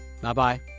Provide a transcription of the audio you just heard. Bye-bye